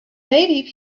maybe